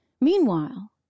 Meanwhile